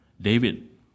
David